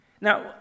Now